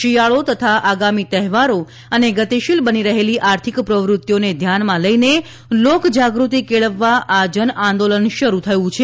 શિયાળો તથા આગામી તહેવારો અને ગતિશીલ બની રહેલી આર્થિક પ્રવૃત્તિઓને ધ્યાનમાં લઈને લોકજાગૃતિ કેળવવા આ જનઆંદોલન શરૂ થયું છે